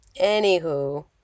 anywho